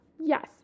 yes